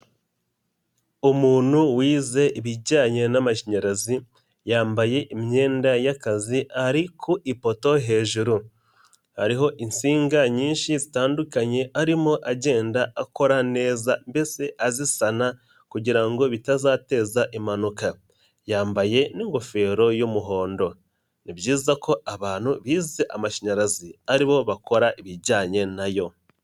Umuntu wize ibijyanye n'amashanyarazi yambaye imyenda y'akazi ari ku ipoto hejuru, hariho insinga nyinshi zitandukanye arimo agenda akora neza mbese azisana kugira ngo bitazateza impanuka, yambaye n'ingofero y'umuhondo. Ni byiza ko abantu bize amashanyarazi ari bo bakora ibijyanye na yo.